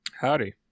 Howdy